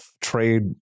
trade